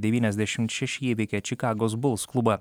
devyniasdešimt šeši įveikė čikagos buls klubą